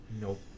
Nope